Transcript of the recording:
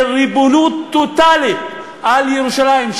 של ריבונות טוטלית על ירושלים,